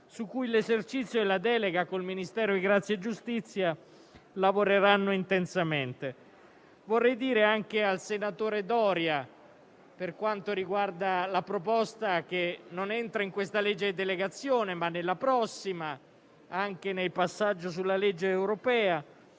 su cui l'esercizio e la delega con il Ministero della giustizia lavoreranno intensamente. Vorrei rispondere anche al senatore Doria, per quanto riguarda la proposta che non entra in questa legge di delegazione, ma nella prossima, anche nel passaggio sulla legge europea,